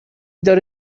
داره